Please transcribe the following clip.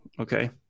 okay